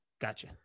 Gotcha